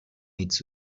meets